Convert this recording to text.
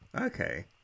Okay